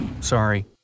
sorry